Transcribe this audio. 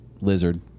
lizard